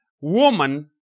Woman